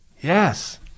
yes